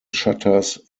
shutters